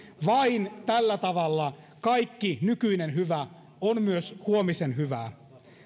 vain tällä tavalla kaikki nykyinen hyvä on myös huomisen hyvää